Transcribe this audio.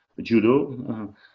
judo